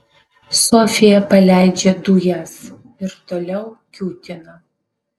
sofija paleidžia dujas ir toliau kiūtina